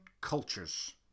Cultures